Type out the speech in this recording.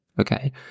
Okay